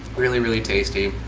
really really tasty.